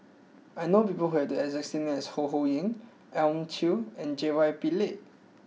I know people who have the exact name as Ho Ho Ying Elim Chew and J Y Pillay